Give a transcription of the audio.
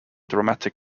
dramatic